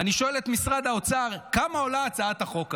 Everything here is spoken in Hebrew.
אני שואל את משרד האוצר: כמה עולה הצעת החוק הזו?